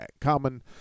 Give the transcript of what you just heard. common